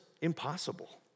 impossible